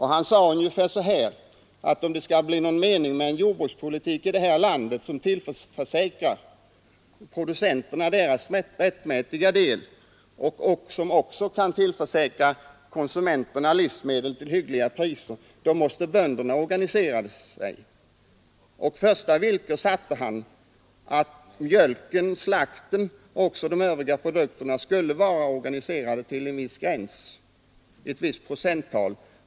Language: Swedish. Han sade: Om det skall bli någon mening med jordbrukspolitiken, om den skall tillförsäkra producenterna deras rättmätiga del och även förse konsumenterna med livsmedel till skäliga priser, då måste bönderna organisera sig. Som första villkor satte han att mjölk, slakteriprodukter och övriga lantbruksprodukter skulle organiseras upp till ett visst procenttal.